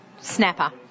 snapper